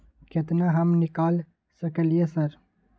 केतना हम निकाल सकलियै सर?